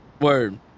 Word